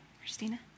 Christina